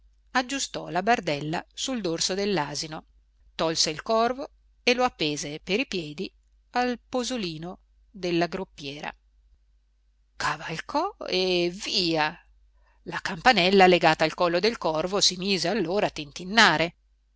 aggiustò la bardella sul dorso dell'asino tolse il corvo e lo appese per i piedi al posolino della groppiera cavalcò e via la campanella legata al collo del corvo si mise allora a tintinnire